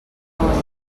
fonoll